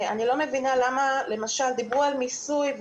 אני לא מבינה למה דיברו על מיסוי,